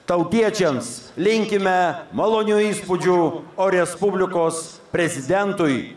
tautiečiams linkime malonių įspūdžių o respublikos prezidentui